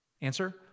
Answer